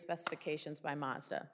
specifications by mazda